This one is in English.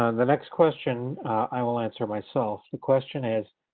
ah the next question i will answer myself. the question is,